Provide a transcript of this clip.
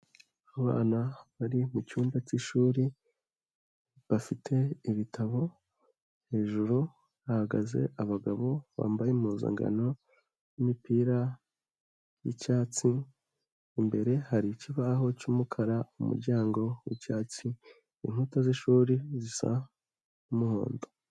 Abana bari mu cyumba cy'ishuri, bafite ibitabo, hejuru hahagaze abagabo bambaye impuzugano y'imipira y'icyatsi, imbere hari ikibaho cy'umukara, umuryango w'icyatsi, inkuta z'ishuri zisa n'umuhondo.